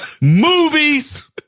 movies